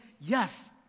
Yes